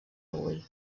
avui